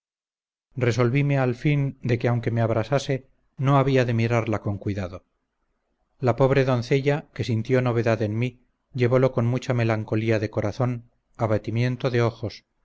bautizada resolvíme al fin de que aunque me abrasase no había de mirarla con cuidado la pobre doncella que sintió novedad en mí llevólo con mucha melancolía de corazón abatimiento de ojos